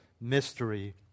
mystery